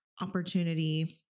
opportunity